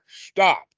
stop